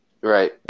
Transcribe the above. Right